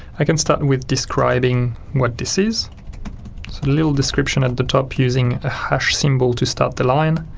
i can start and with describing what this is, it's a little description at the top using a hash symbol to start the line,